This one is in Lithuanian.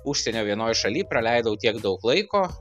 užsienio vienoj šaly praleidau tiek daug laiko